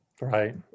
Right